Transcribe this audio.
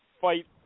fight